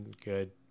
good